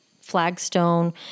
flagstone